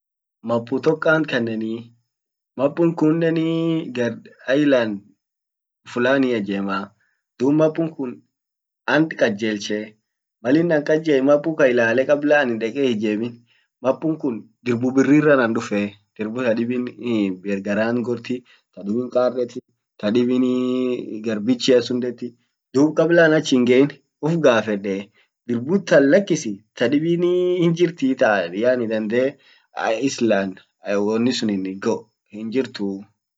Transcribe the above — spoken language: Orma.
mappu tok ant kannenii, mappun kunnen ee gar island fulania ijemaa. Dub mappun kun ant kajelchee, malin an kajelch mappun kan ilale kabla an deke hiijemin mappun kun dirbu birriran an dufee. Dirbu kadibbin garant gorti, tadibbin kar detitadibbin ee gar bichiasun detti, dub kabla an ach hingein uf gaffede? dirbu tan lakisi tadibbinii hinjirti taan yaani dandee island wonisunin itgo hinjirtu,